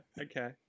okay